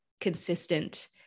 consistent